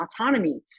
autonomy